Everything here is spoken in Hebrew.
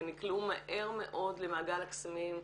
הן נקלעו מהר מאוד למעגל הקסמים,